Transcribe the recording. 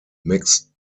mixed